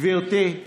גברתי,